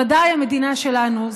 בוודאי המדינה שלנו,